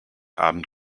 abend